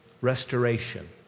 Restoration